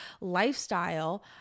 lifestyle